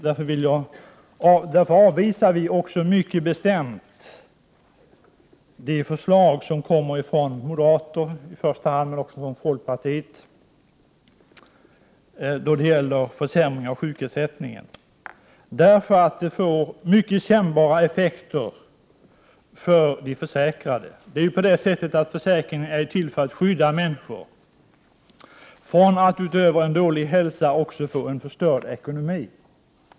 Därför avvisar vi mycket bestämt det förslag som kommer från moderaterna, i första hand, och folkpartiet om försämring av sjukförsäkringen, eftersom det skulle få mycket kännbara effekter för de försäkrade. Försäkringen är ju till för att skydda människor från att utöver en dålig hälsa också få en förstörd ekonomi.